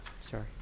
sorry